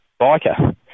biker